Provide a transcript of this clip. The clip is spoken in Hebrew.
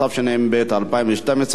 התשע"ב 2012,